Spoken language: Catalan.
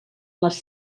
les